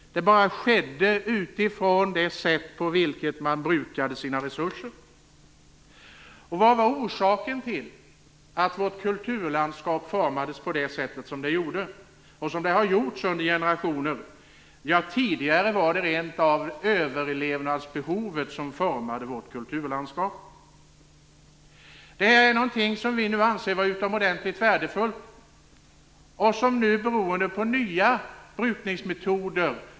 Det bara skedde utifrån det sätt på vilket man brukade sina resurser. Vad var orsaken till att vårt kulturlandskap formades på det sätt som skedde och som skett under generationer? Tidigare var det rent av överlevnadsbehovet som formade vårt kulturlandskap. Detta är någonting som vi nu anser vara utomordentligt värdefullt och som nu påverkas negativt beroende på nya brukningsmetoder.